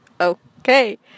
okay